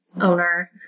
owner